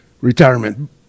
retirement